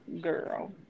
girl